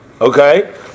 okay